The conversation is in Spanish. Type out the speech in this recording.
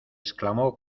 exclamó